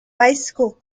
bicycle